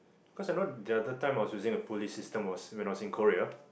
cause I know the other time I was using the pulley system was when I was in Korea